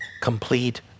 complete